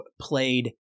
played